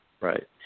Right